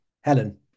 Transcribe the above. Helen